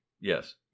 Yes